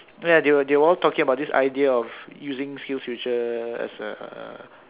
ya they were they were all talking about this idea of using Skills-Future as a